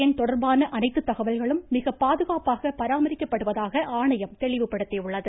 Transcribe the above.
எண் தொடர்பான அனைத்து தகவல்களும் மிகப்பாதுகாப்பாக ஆதார் பராமரிக்கப்படுவதாக ஆணையம் தெளிவுபடுத்தியுள்ளது